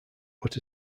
but